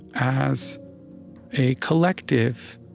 as a collective,